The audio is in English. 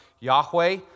Yahweh